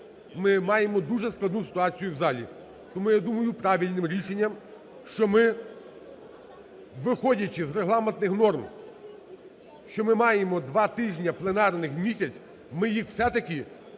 ми маємо дуже складну ситуацію в залі. Тому, я думаю, є правильним рішенням, що ми, виходячи з регламентних норм, що ми маємо два тижні пленарних в місяць, ми їх все-таки намагаємося